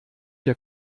der